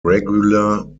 regular